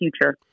future